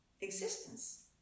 existence